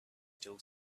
still